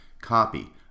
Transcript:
copy